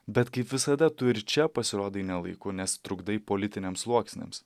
bet kaip visada tu ir čia pasirodai ne laiku nes trukdai politiniams sluoksniams